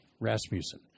Rasmussen